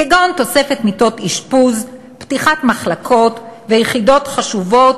כגון תוספת מיטות אשפוז ופתיחת מחלקות ויחידות חשובות,